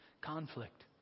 conflict